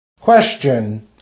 Question